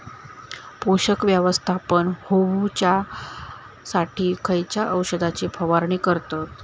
पोषक व्यवस्थापन होऊच्यासाठी खयच्या औषधाची फवारणी करतत?